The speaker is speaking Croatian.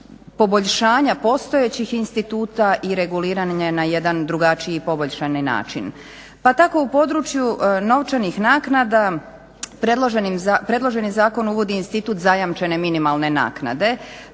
poboljšanja postojećih instituta i reguliranje na jedan drugačiji poboljšani način. Pa tako u području novčanih naknada predloženi zakon uvodi institut zajamčene minimalne naknade.